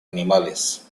animales